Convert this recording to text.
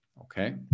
okay